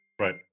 Right